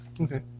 Okay